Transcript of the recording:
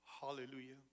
Hallelujah